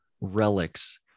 relics